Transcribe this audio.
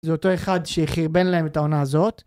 זה אותו אחד שחרבן להם את העונה הזאת.